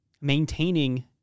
maintaining